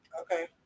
okay